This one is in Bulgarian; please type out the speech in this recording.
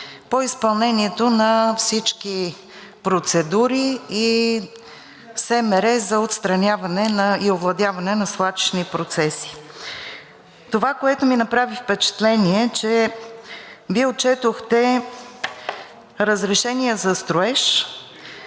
по изпълнението на всички процедури и СМР за отстраняване и овладяване на свлачищни процеси. Това, което ми направи впечатление, е, че Вие отчетохте разрешение за строеж: